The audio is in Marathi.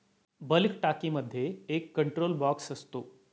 बल्क टाकीमध्ये एक कंट्रोल बॉक्स असतो